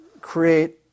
create